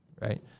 Right